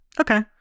okay